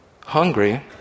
hungry